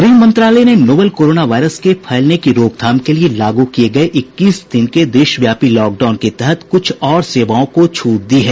गृह मंत्रालय ने नोवल कोरोना वायरस के फैलने की रोकथाम के लिए लागू किए गए इक्कीस दिन के देशव्यापी लॉकडाउन के तहत कुछ और सेवाओं को छूट दी है